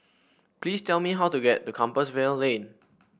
please tell me how to get to Compassvale Lane